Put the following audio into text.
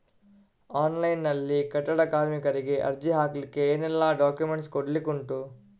Online ನಲ್ಲಿ ಕಟ್ಟಡ ಕಾರ್ಮಿಕರಿಗೆ ಅರ್ಜಿ ಹಾಕ್ಲಿಕ್ಕೆ ಏನೆಲ್ಲಾ ಡಾಕ್ಯುಮೆಂಟ್ಸ್ ಕೊಡ್ಲಿಕುಂಟು?